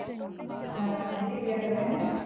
ᱦᱳᱭ ᱴᱷᱤᱠ ᱜᱮᱭᱟ ᱛᱚᱵᱮ ᱦᱮᱸ